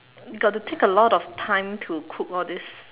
got to take a lot of time to cook all these